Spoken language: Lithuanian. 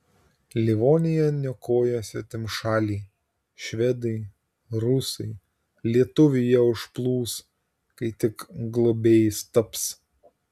livoniją niokoja svetimšaliai švedai rusai lietuviai ją užplūs kai tik globėjais taps